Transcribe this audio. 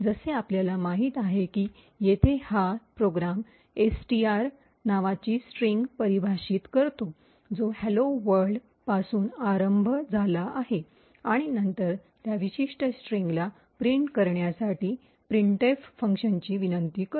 जसे आपल्याला माहित आहे की येथे हा प्रोग्रॅम एसटीआर नावाची स्ट्रिंग परिभाषित करतो जो "हॅलो वर्ल्ड" "hello world" पासून आरंभ झाला आहे आणि नंतर त्या विशिष्ट स्ट्रिंगला प्रिंट करण्यासाठी प्रिंटएफ फंक्शनची विनंती करतो